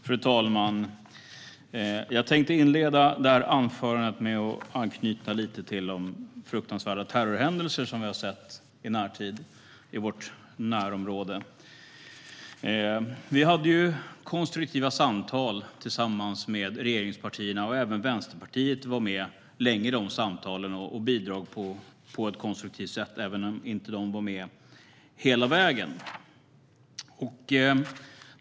Fru talman! Jag tänkte inleda anförandet med att anknyta lite till de fruktansvärda terrorhändelser som vi har sett i närtid i vårt närområde. Vi hade konstruktiva samtal tillsammans med regeringspartierna. Även Vänsterpartiet var länge med i de samtalen och bidrog på ett konstruktivt sätt, även om de inte var med hela vägen.